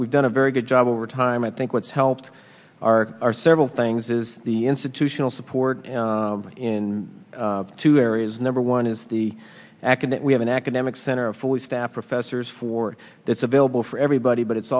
we've done a very good job over time i think what's helped our are several things is the institutional support in two areas number one is the act and we have an academic center a fully staffed professors for that's available for everybody but it's